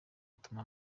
utuma